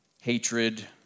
hatred